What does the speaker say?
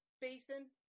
basin